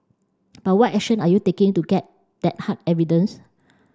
but what action are you taking to get that hard evidence